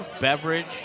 beverage